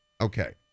Okay